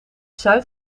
zuid